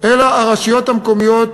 אלא הרשויות המקומיות